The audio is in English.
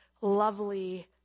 lovely